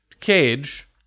cage